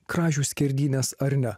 kražių skerdynės ar ne